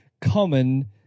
common